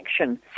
action